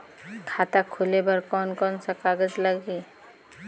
खाता खुले बार कोन कोन सा कागज़ लगही?